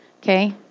Okay